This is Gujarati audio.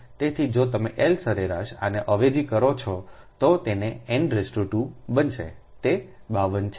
તેથી જો તમે L સરેરાશ આને અવેજી કરો છો તો તે n 2 બનશે તે 52 છે